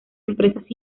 empresas